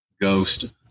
ghost